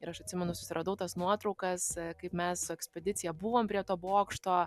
ir aš atsimenu susiradau tas nuotraukas kaip mes su ekspedicija buvom prie to bokšto